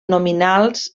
nominals